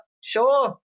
Sure